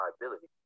liability